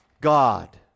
God